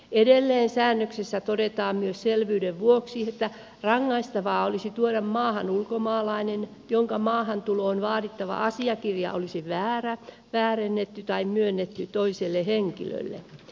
edelleen säännöksissä todetaan myös selvyyden vuoksi että rangaistavaa olisi tuoda maahan ulkomaalainen jonka maahantuloon vaadittava asiakirja olisi väärä väärennetty tai myönnetty toiselle henkilölle